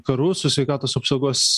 karu su sveikatos apsaugos